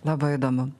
labai įdomu